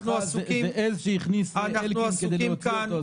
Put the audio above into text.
אנחנו עסוקים כאן --- זה עז שהכניס אלקין כדי להוציא אותה.